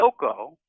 Yoko